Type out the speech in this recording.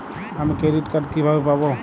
আমি credit card কিভাবে পাবো?